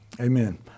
Amen